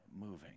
moving